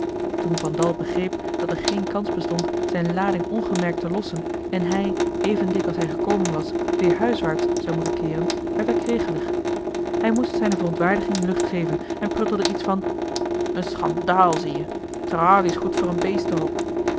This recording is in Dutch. toen van dal begreep dat er geen kans bestond zijne lading ongemerkt te lossen en hij even dik als hij gekomen was weer huiswaarts zou moeten keeren werd hij kregelig hij moest zijne verontwaardiging lucht geven en pruttelde iets van een schandaal zie je tralies eli heimans willem roda goed voor een beestenhok